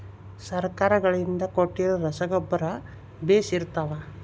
ಸರ್ಕಾರಗಳಿಂದ ಕೊಟ್ಟಿರೊ ರಸಗೊಬ್ಬರ ಬೇಷ್ ಇರುತ್ತವಾ?